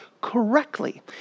correctly